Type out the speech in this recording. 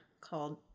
called